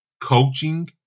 coaching